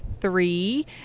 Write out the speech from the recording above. three